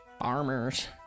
armors